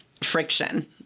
friction